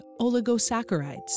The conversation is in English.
oligosaccharides